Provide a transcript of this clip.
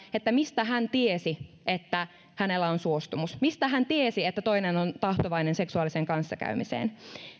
mistä hän tiesi että hänellä on suostumus mistä hän tiesi että toinen on tahtovainen seksuaaliseen kanssakäymiseen